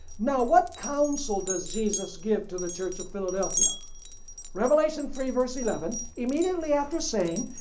now what counsel does jesus give to the church of philadelphia revelation three verse eleven immediately after saying,